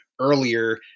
earlier